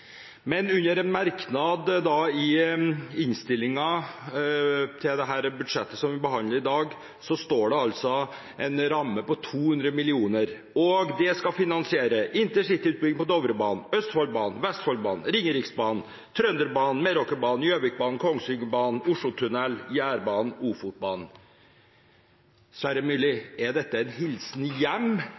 Men i en merknad i innstillingen til budsjettet vi behandler i dag, står det altså en ramme på 200 mill. kr, og det skal finansiere intercityutbygging på Dovrebanen, Østfoldbanen, Vestfoldbanen, Ringeriksbanen, Trønderbanen, Meråkerbanen, Gjøvikbanen, Kongsvingerbanen, Oslotunnel, Jærbanen og Ofotbanen. Kjære Myrli, er dette en hilsen hjem,